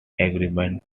agreement